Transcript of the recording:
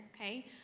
okay